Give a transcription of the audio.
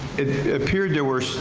it appeared there were